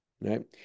Right